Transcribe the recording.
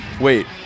Wait